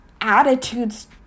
attitudes